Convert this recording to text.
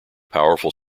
powerful